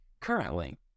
currently